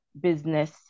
business